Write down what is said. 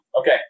Okay